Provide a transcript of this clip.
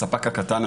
הספק הקטן,